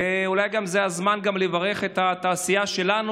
אולי זה גם הזמן לברך את התעשייה שלנו,